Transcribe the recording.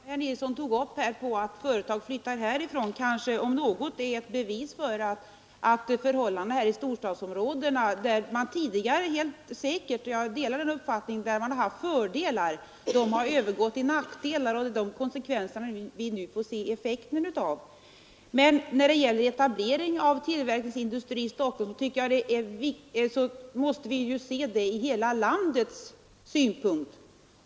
Herr talman! De exempel som herr Nilsson i Stockholm nämnde på företag som flyttats från Stockholm är väl om något bevis för att förhållandena i storstadsområdena försämrats — de fördelar de tidigare haft, jag delar den uppfattningen att de funnits — har övergått till nackdelar. Det är detta som vi nu får se effekten av. Vad sedan etablering av tillverkningsindustri angår tycker jag att vi måste se den saken från hela landets synpunkt.